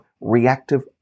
reactive